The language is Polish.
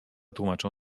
tłumaczą